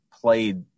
played –